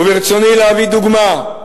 וברצוני להביא דוגמה,